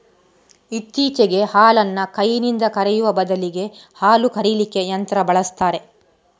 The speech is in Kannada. ಇತ್ತೀಚೆಗೆ ಹಾಲನ್ನ ಕೈನಿಂದ ಕರೆಯುವ ಬದಲಿಗೆ ಹಾಲು ಕರೀಲಿಕ್ಕೆ ಯಂತ್ರ ಬಳಸ್ತಾರೆ